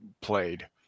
played